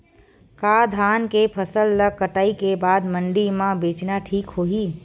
का धान के फसल ल कटाई के बाद मंडी म बेचना ठीक होही?